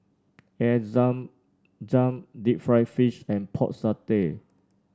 Air Zam Zam Deep Fried Fish and Pork Satay